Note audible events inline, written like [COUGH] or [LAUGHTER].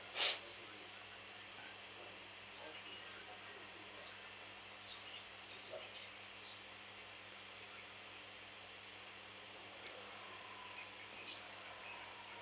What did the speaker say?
[BREATH]